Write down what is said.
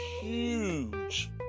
huge